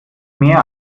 mehr